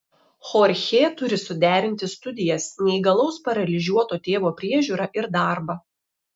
chorchė turi suderinti studijas neįgalaus paralyžiuoto tėvo priežiūrą ir darbą